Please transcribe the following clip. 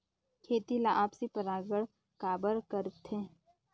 खेती ला आपसी परागण काबर करथे?